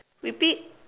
repeat